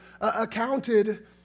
accounted